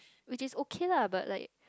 which is okay lah but like